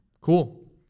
Cool